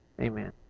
amen